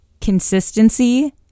consistency